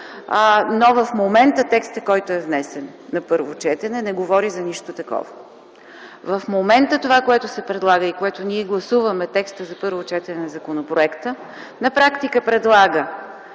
Но в момента текстът, който е внесен за първо четене, не говори за нищо такова. В момента това, което се предлага и това, което ние гласуваме – текстът за първо четене на законопроекта, на практика предлага